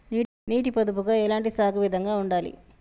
నీటి పొదుపుగా ఎలాంటి సాగు విధంగా ఉండాలి?